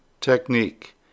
technique